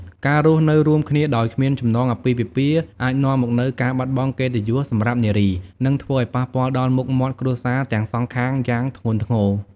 ការរស់នៅរួមគ្នាដោយគ្មានចំណងអាពាហ៍ពិពាហ៍ អាចនាំមកនូវការបាត់បង់កិត្តិយសសម្រាប់នារី និងធ្វើឱ្យប៉ះពាល់ដល់មុខមាត់គ្រួសារទាំងសងខាងយ៉ាងធ្ងន់ធ្ងរ។